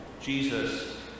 Jesus